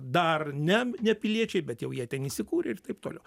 dar ne ne piliečiai bet jau jie ten įsikūrę ir taip toliau